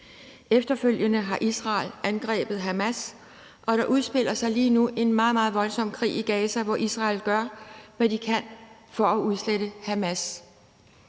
Efterfølgende har Israel angrebet Hamas, og der udspiller sig lige nu en meget, meget voldsom krig i Gaza, hvor Israel gør, hvad de kan for at udslette Hamas.